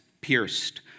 pierced